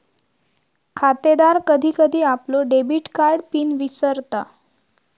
खातेदार कधी कधी आपलो डेबिट कार्ड पिन विसरता